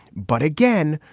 but again,